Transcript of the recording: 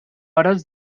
hores